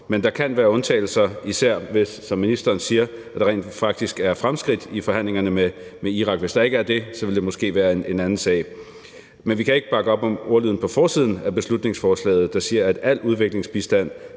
Men der kan være undtagelser, især hvis, som ministeren siger, der rent faktisk er fremskridt i forhandlingerne med Irak. Hvis der ikke er det, vil det måske være en anden sag. Men vi kan ikke bakke op om ordlyden på forsiden af beslutningsforslaget, der siger, at al udviklingsbistand